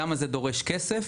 למה זה דורש כסף?